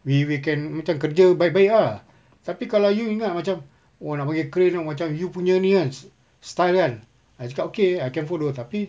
we we can macam kerja baik baik ah tapi kalau you ingat macam oh nak pakai crane ah macam you punya ni kan style kan I cakap okay I can follow tapi